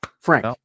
Frank